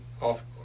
off